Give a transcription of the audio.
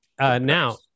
Now